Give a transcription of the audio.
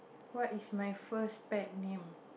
what is my first pet name